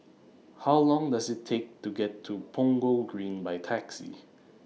How Long Does IT Take to get to Punggol Green By Taxi